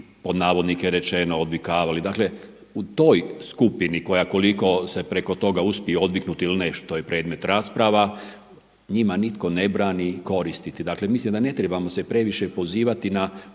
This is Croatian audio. elektronički „odvikavali“. Dakle u toj skupini koja koliko se preko toga uspije odviknuti ili ne, što je predmet rasprava, njima nitko ne brani koristiti. Dakle mislim da se ne trebamo previše pozivati na